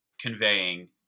conveying